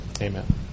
amen